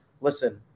listen